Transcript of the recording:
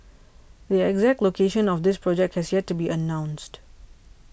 the exact location of the project has yet to be announced